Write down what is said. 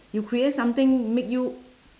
you create something make you